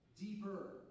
deeper